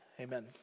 Amen